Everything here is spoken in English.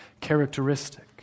characteristic